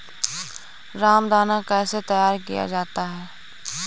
रामदाना कैसे तैयार किया जाता है?